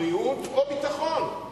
בריאות או ביטחון.